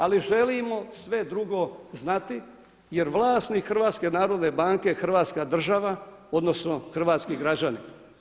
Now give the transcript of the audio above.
Ali želimo sve drugo znati jer vlasnik HNB-a je hrvatska država odnosno hrvatski građani.